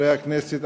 חברי הכנסת,